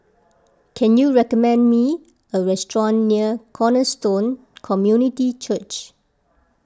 can you recommend me a restaurant near Cornerstone Community Church